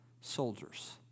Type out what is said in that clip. soldiers